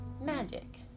magic